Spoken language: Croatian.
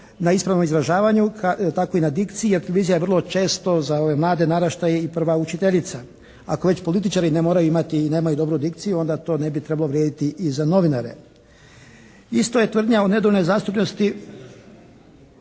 na ispravnom izražavanju, tako i na dikciji jer televizija je vrlo često za ove mlade naraštaje i prva učiteljica. Ako već političari ne moraju imati i nemaju dobru dikciju onda to ne bi trebalo vrijediti i za novinare. Isto je tvrdnja o nedovoljnoj zastupljenosti